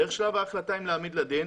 דרך שלב ההחלטה האם להעמיד לדין,